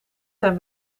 zijn